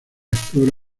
explora